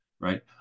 right